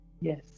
Yes